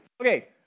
Okay